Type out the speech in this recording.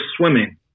swimming